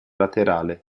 laterale